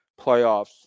playoffs